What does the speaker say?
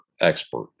expert